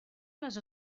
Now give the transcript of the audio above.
les